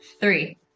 Three